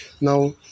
Now